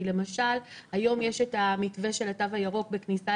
למשל היום יש את מתווה התו הירוק בכניסה